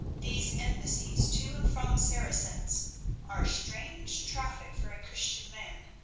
these embassies to and from saracens are strange traffic for a christian man.